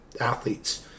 athletes